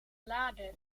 lade